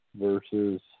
versus